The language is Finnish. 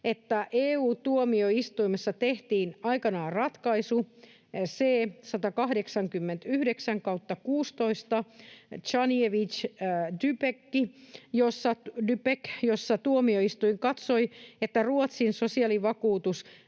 että EU-tuomioistuimessa tehtiin aikanaan ratkaisu C-189/16 Zaniewicz-Dybeck, jossa tuomioistuin katsoi, että Ruotsin sosiaalivakuutuskaaren